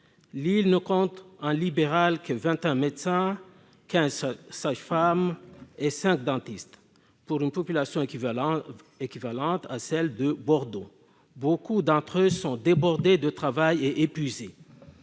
L'île ne compte, en libéral, que vingt et un médecins, quinze sages-femmes et cinq dentistes, pour une population équivalente à celle de Bordeaux. Nombre d'entre eux sont débordés de travail et épuisés.